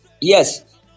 Yes